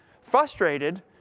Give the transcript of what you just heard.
frustrated